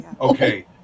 okay